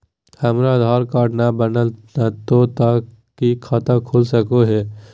हमर आधार कार्ड न बनलै तो तो की खाता खुल सको है?